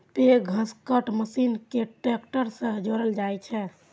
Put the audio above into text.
पैघ घसकट्टा मशीन कें ट्रैक्टर सं जोड़ल जाइ छै